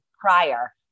prior